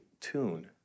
tune